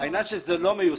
העניין הוא שזה לא מיושם.